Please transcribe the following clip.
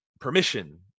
Permission